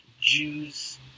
Jews